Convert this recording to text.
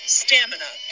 stamina